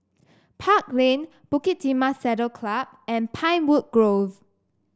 Park Lane Bukit Timah Saddle Club and Pinewood Grove